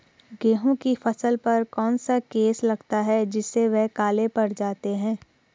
गेहूँ की फसल पर कौन सा केस लगता है जिससे वह काले पड़ जाते हैं?